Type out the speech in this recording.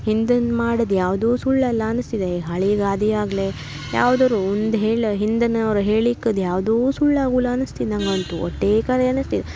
ಹಿಂದಿನ ಮಾಡೋದ್ ಯಾವುದೂ ಸುಳ್ಳಲ್ಲ ಅನ್ನಿಸ್ತಿದೆ ಈ ಹಳೆ ಗಾದೆಯಾಗ್ಲೆ ಯಾವ್ದಾರೂ ಒಂದು ಹೇಳಿ ಹಿಂದಿನವ್ರು ಹೇಳಿಕ್ಕೆ ಅದು ಯಾವುದೂ ಸುಳ್ಳಾಗಲ್ಲ ಅನಿಸ್ತಿದೆ ನನಗಂತೂ ಒಟ್ಟೆ ಖರೆ ಅನಿಸ್ತಿದೆ